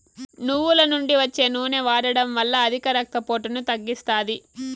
నువ్వుల నుండి వచ్చే నూనె వాడడం వల్ల అధిక రక్త పోటును తగ్గిస్తాది